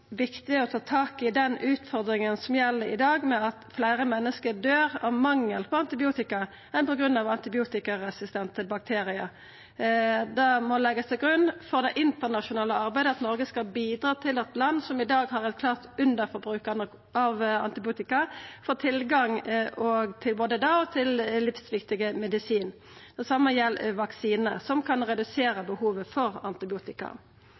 å ta tak i den utfordringa som gjeld i dag, med at fleire menneske dør av mangel på antibiotika enn på grunn av antibiotikaresistente bakteriar. Det må leggjast til grunn for det internasjonale arbeidet at Noreg skal bidra til at land som i dag har eit klart underforbruk av antibiotika, får tilgang til både det og livsviktige medisinar. Det same gjeld vaksiner, som kan redusera behovet for antibiotika.